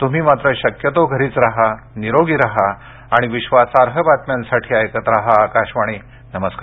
तुम्ही मात्र शक्यतो घरीच राहा निरोगी राहा आणि विश्वासार्ह बातम्यांसाठी ऐकत राहा आकाशवाणी नमस्कार